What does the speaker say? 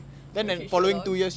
no shit sherlock